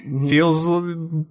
Feels